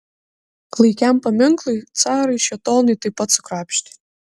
klaikiam paminklui carui šėtonui taip pat sukrapštė